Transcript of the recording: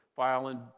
filing